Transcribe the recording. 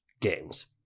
games